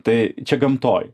tai čia gamtoj